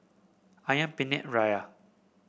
ayam Penyet Ria